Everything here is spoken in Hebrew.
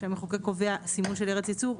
כשהמחוקק קובע סימון של ארץ ייצור,